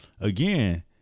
Again